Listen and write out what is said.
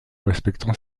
respectant